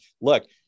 look